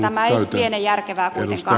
tämä ei liene järkevää kuitenkaan